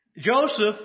Joseph